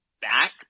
back